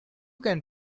can